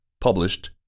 Published